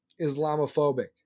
Islamophobic